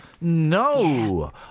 no